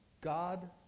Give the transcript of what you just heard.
God